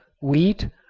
wheat,